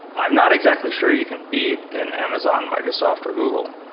i'm not exactly sure you can be in amazon, microsoft or google.